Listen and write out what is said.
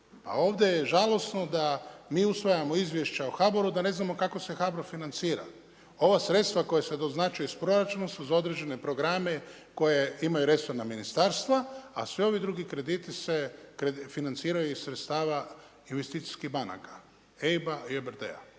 ovdje je žalosno da mi usvajamo izvješća o HBOR-u, da ne znamo kako se HBOR financira. Ova sredstva koja se doznačuju iz proračuna su za određene programe koje imaju resorna ministarstva, a svi ovi drugi krediti se financiraju iz sredstava investicijskih banaka EIB-a i EBRD-a.